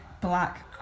black